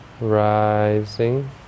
Rising